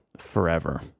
forever